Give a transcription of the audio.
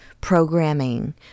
programming